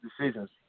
decisions